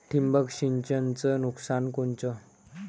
ठिबक सिंचनचं नुकसान कोनचं?